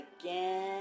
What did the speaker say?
again